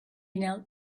knelt